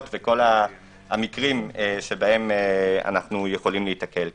והמקרים שבהם אנו יכולים להיתקל כאן,